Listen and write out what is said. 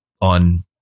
on